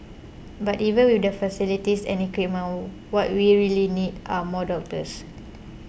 but even with the facilities and equipment what we really need are more doctors